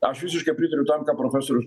aš visiškai pritariu tam ką profesorius